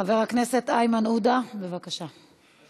חבר הכנסת איימן עודה, בבקשה.